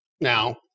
Now